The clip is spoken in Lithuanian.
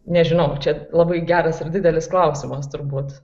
nežinau fia labai geras ir didelis klausimas turbūt